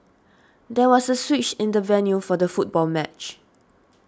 there was a switch in the venue for the football match